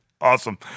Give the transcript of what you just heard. Awesome